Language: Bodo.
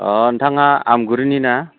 अ नोंथाङा आमगुरिनि ना